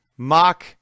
mock